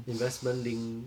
investment link